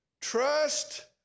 Trust